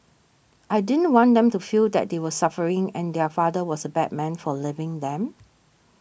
I didn't want them to feel that they were suffering and their father was a bad man for leaving them